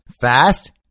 fast